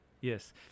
Yes